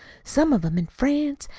some of em in france,